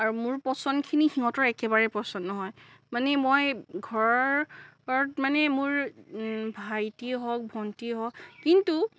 আৰু মোৰ পচন্দখিনি সিহঁতৰ একেবাৰে পচন্দ নহয় মানে মই ঘৰত মানে মোৰ ভাইটিয়ে হওক ভণ্টীয়ে হওক কিন্তু